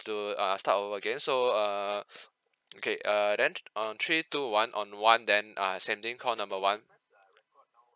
to err start over again so uh okay uh then on three two one on one then err sending call number one